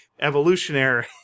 evolutionary